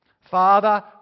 father